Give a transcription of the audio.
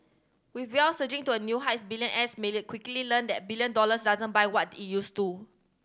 with wealth surging to a new heights billionaires may learn quickly learn that a billion dollars doesn't buy what it used to